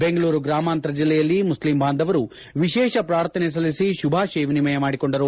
ಬೆಂಗಳೂರು ಗ್ರಾಮಾಂತರ ಜಲ್ಲೆಯಲ್ಲಿ ಮುಸ್ಲಿಂ ಬಾಂಧವರು ವಿಶೇಷ ಪ್ರಾರ್ಥನೆ ಸಲ್ಲಿಸಿ ಶುಭಾಶಯ ವಿನಿಮಯ ಮಾಡಿಕೊಂಡರು